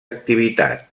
activitat